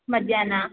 ಮಧ್ಯಾಹ್ನ